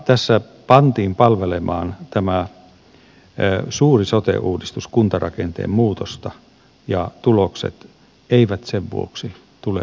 tässä pantiin palvelemaan tämä suuri sote uudistus kuntarakenteen muutosta ja tulokset eivät sen vuoksi tule olemaan hyviä